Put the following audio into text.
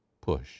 push